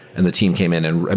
and the team came in and and